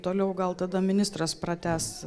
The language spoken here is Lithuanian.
toliau gal tada ministras pratęs